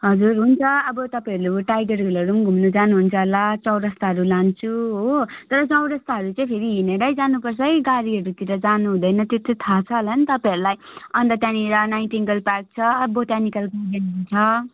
हजुर हुन्छ अब तपाईँहरूले टाइगर हिलहरू पनि घुम्नु जानुहुन्छ होला चौरस्ताहरू लान्छु हो तर चौरस्ताहरू चाहिँ फेरि हिँडेरै जानुपर्छ है गाडीहरूतिर जानु हुँदैन त्यो चाहिँ थाहा छ होला नि तपाईँहरूलाई अन्त त्यहाँनिर नाइटिङ्गेल पार्क छ बोटानिकल गार्डन छ